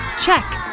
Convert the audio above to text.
Check